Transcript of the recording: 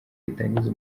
ritangiza